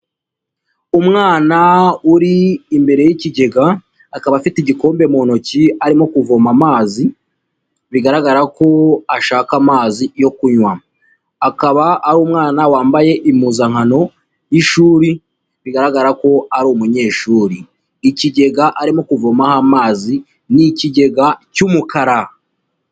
Umwana uri imbere y'ikigega, akaba afite igikombe mu ntoki arimo kuvoma amazi, bigaragara ko ashaka amazi yo kunywa, akaba ari umwana wambaye impuzankano y'ishuri bigaragara ko ari umunyeshuri, ikigega arimo kuvomaho amazi n'ikigega cy'umukara.